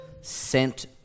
sent